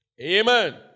Amen